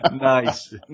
Nice